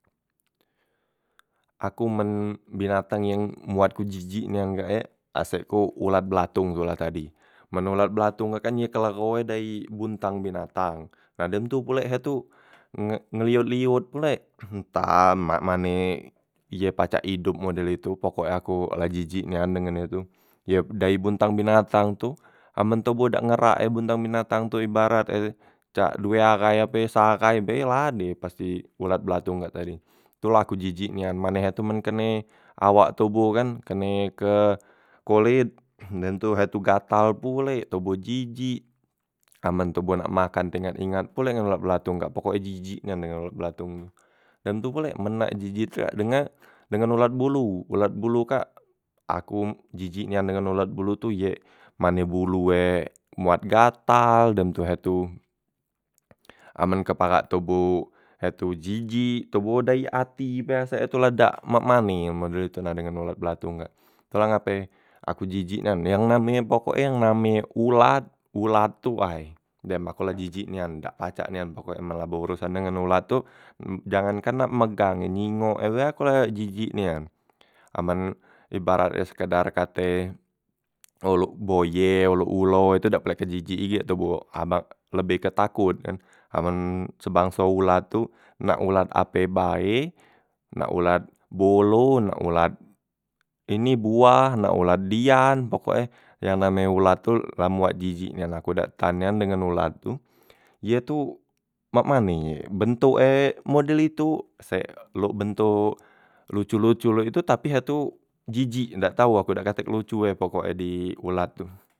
Aku men binatang yang muat ku jijik nian kak ye asek ku ulat belatung tu la tadi, men ulat belatung ye kan kelegho dari buntang binatang. Nah dem tu pulek ye tu nge ngeliut- ngeliut pulek, entah mak mane e ye pacak idop model itu pokok e aku la jijik nian dengen ye tu, ye dari buntang binatang tu amen toboh dak ngerak e buntang binatang tu ibarat e cak due ahai ape se ahai be la ade pasti ulat belatung kak tadi, tu la ku jijik nian mane ye tu men kene awak tubuh kan kene ke kulit dem tu ye tu gatal pulek toboh jijik, amen toboh nak makan teingat- ingat pulek ngan ulat belatung kak pokoknye jijik nian dengan ulat belatung. Dem tu pulek men nak jijik tu denga dengan ulat bulu, ulat bulu kak aku jijik nian dengan ulat bulu tu ye mane bulu ye muat gatal dem tu ye tu amen kepalak toboh ye tu jijik, toboh dayi ati be asek e tu la dak mak mane model tu na dengan ulat belatung kak. Tu la ngape aku jijik nian, yang namenye pokoke yang namenye ulat, ulat tu way dem aku la jijik nian dak pacak nian pokoke men la berurusan dengan ulat tu, jangankan nak megang nyingok e be aku la jijik nian, amen ibarat e sekedar kate uluk boye, uluk ulo itu dak pule kejijik igo buo amba lebih ke takot kan, amen sebangso ulat tu nak ulat ape bae nak ulat bolo, nak ulat ini buah, nak ulat dian, pokoke yang name ulat tu la muat jijik nian aku dak tan nian dengan ulat tu. Dia tu mak mane ye, bentuk e model itu sek luk bentuk lucu- lucu lo itu, tapi ye tu jijik dak tau dak katek lucu e pokoke di ulat tu.